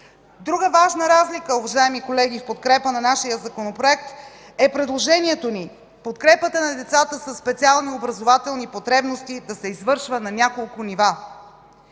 Друга важна разлика, уважаеми колеги, в подкрепа на нашия Законопроект, е предложението ни подкрепата на децата със специални образователни потребности да се извършва на няколко нива.